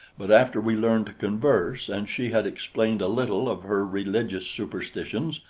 but after we learned to converse and she had explained a little of her religious superstitions,